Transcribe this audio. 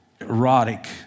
erotic